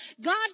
God